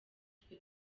twe